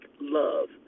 love